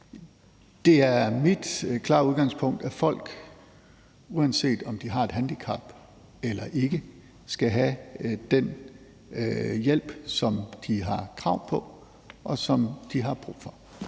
Det er mit klare udgangspunkt, at folk, uanset om de har et handicap eller ej, skal have den hjælp, som de har krav på, og som de har brug for.